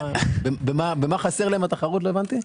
לא הבנתי במה חסרה להם התחרות.